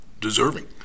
deserving